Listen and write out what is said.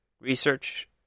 research